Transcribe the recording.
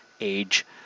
age